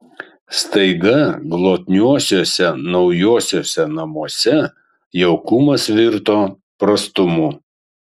staiga glotniuosiuose naujuosiuose namuose jaukumas virto prastumu